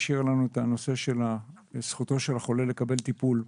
השאירה לנו את הנושא של זכותו של החולה לקבל טיפול.